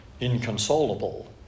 inconsolable